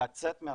לצאת מהשירות.